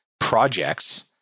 projects